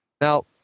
Now